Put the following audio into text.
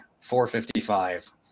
455